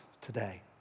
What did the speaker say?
today